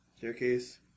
Staircase